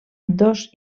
dos